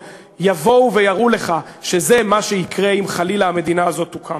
יבואו ויראו לך שזה מה שיקרה אם חלילה המדינה הזאת תוקם.